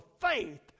faith